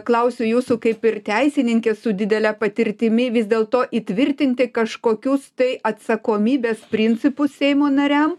klausiu jūsų kaip ir teisininkės su didele patirtimi vis dėl to įtvirtinti kažkokius tai atsakomybės principus seimo nariam